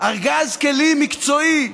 ארגז כלים מקצועי.